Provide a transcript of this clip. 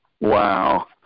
wow